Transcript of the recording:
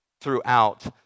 throughout